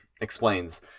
explains